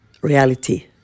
reality